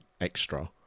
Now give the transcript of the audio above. extra